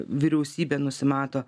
vyriausybė nusimato